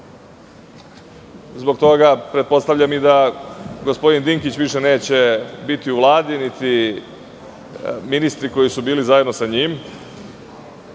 Zbog toga pretpostavljam da i gospodin Dinkić više neće biti u Vladi, niti ministri koji su bili zajedno sa njim,